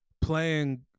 playing